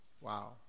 wow